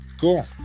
cool